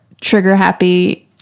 trigger-happy